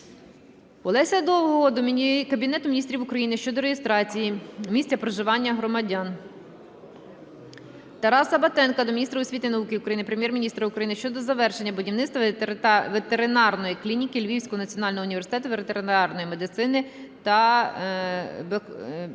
Олеся Довгого до Кабінету Міністрів України щодо реєстрації місця проживання громадян. Тараса Батенка до міністра освіти і науки України, Прем'єр-міністра України щодо завершення будівництва ветеринарної клініки Львівського національного університету ветеринарної медицини та біотехнологій